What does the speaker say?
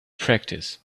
practice